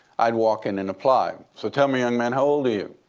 i'd walk in and apply. so tell me, young man, how old are you?